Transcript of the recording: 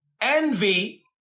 envy